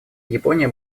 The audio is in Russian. япония